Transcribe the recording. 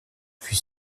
fut